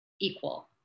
equal